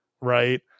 right